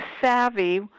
savvy